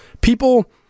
People